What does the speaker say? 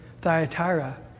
Thyatira